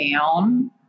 down